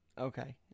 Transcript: okay